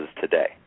today